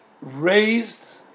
raised